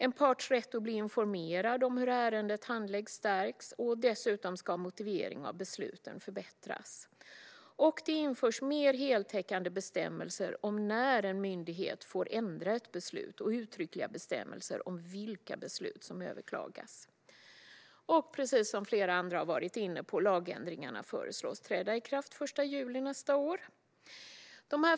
En parts rätt att bli informerad om hur ärendet handläggs stärks, och dessutom ska motivering av besluten förbättras. Det införs mer heltäckande bestämmelser om när en myndighet får ändra ett beslut och uttryckliga bestämmelser om vilka beslut som överklagas. Precis som flera andra har varit inne på föreslås lagändringarna att träda i kraft den 1 juli nästa år.